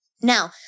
Now